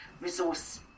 resource